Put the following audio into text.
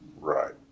Right